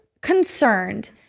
concerned